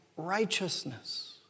righteousness